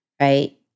right